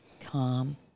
calm